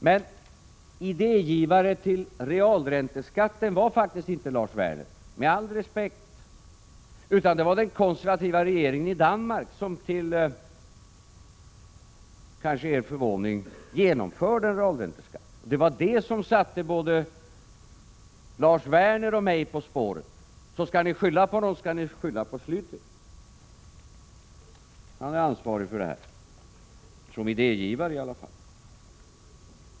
Men idégivaren till realränteskatten var faktiskt inte Lars Werner — detta sagt med all respekt — utan det var den konservativa regeringen i Danmark som, kanske till er förvåning, genomförde en realränteskatt. Det var den som satte både Lars Werner och mig på spåren. Skall ni skylla på någon, så skall ni skylla på Schlyter. Han är ansvarig för det här — åtminstone som idégivare!